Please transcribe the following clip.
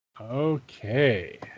Okay